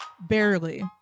barely